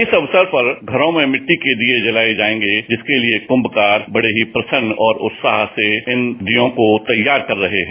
इस अवसर पर घरों में मिट्टी के दीए जलाए जाएंगे जिसके लिए कुन्भकार बड़े ही प्रसन्नता और उत्साह से इन दियों को तैयार कर रहे हैं